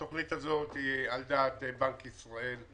התכנית הזאת היא על דעת בנק ישראל,